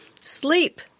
Sleep